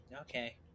Okay